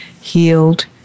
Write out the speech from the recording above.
healed